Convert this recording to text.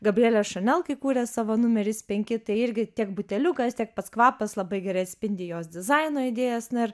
gabrielė šanel kai kūrė savo numeris penki tai irgi tiek buteliukas tiek pats kvapas labai gerai atspindi jos dizaino idėjas na ir